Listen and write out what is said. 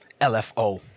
LFO